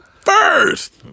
first